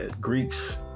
Greeks